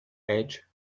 edge